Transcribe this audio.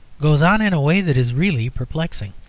goes on in a way that is really perplexing.